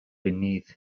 beneath